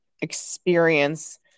experience